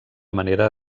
manera